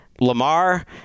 Lamar